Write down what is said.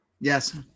Yes